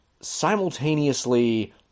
simultaneously